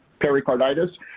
pericarditis